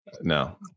No